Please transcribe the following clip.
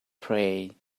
pray